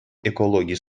экологи